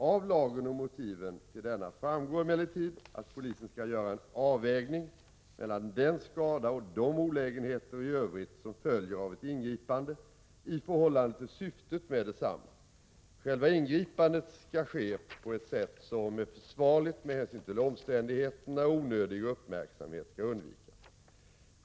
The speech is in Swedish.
Av lagen och av motiven till denna framgår emellertid att polisen skall göra en avvägning mellan den skada och de olägenheter i övrigt som följer av ett ingripande i förhållande till syftet med detsamma. Själva ingripandet skall ske på ett sätt som är försvarligt med hänsyn till omständigheterna, och onödig uppmärksamhet skall undvikas.